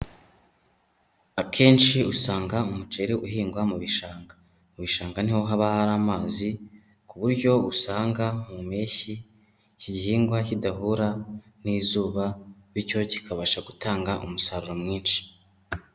Akenshi usanga umuceri uhingwa mu bishanga. Mu bishanga ni ho haba hari amazi, ku buryo usanga mu mpeshyi iki gihingwa kidahura n'izuba, bityo kikabasha gutanga umusaruro mwinshi.